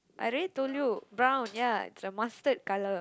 I already told you brown ya it's a mustard colour